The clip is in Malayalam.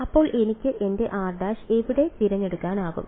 അപ്പോൾ എനിക്ക് എന്റെ r′ എവിടെ തിരഞ്ഞെടുക്കാനാകും